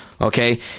okay